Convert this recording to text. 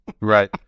right